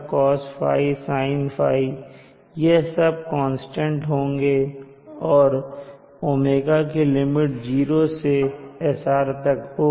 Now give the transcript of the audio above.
L cosδ sinδ cos𝝓 sin𝝓 यह सब constant होंगे और ओमेगा की लिमिट 0 से SR तक होगी